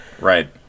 Right